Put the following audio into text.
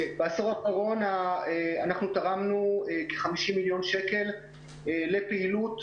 בעשור האחרון אנחנו תרמנו כ-50 מיליון שקל לפעילות